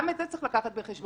גם את זה צריך להביא בחשבון,